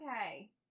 okay